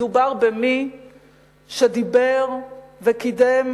מדובר במי שדיבר וקידם